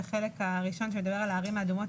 את החלק הראשון שמדבר על הערים האדומות,